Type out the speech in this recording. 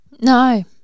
No